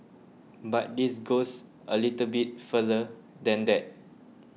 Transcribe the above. but this goes a little bit further than that